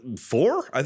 four